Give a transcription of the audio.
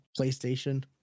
playstation